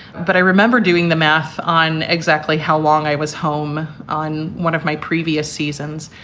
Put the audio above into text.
but i remember doing the math on exactly how long i was home on one of my previous seasons,